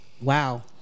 wow